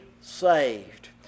saved